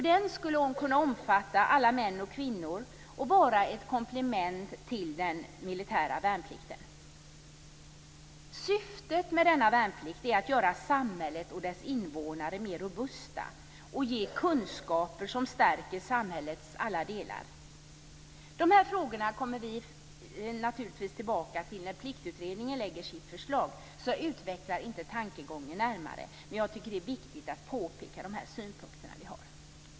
Den skulle kunna omfatta alla män och kvinnor och vara ett komplement till den militära värnplikten. Syftet med denna värnplikt skulle vara att göra samhället och dess invånare mer robusta och ge kunskaper som stärker samhällets alla delar. Dessa frågor kommer vi naturligtvis tillbaka till när Pliktutredningen lägger sitt förslag. Därför utvecklar jag inte tankegången närmare, men jag tycker att det är viktigt att påpeka dessa synpunkter.